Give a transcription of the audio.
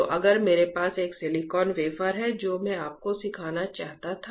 तो अगर मेरे पास एक सिलिकॉन वेफर है जो मैं आपको सिखाना चाहता था